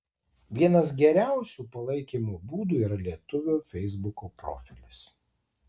vienas geriausių palaikymo būdų yra lietuvio feisbuko profilis